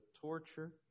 torture